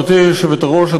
גברתי היושבת-ראש,